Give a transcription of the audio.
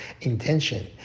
intention